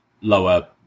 lower